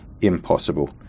impossible